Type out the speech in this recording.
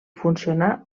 funcionar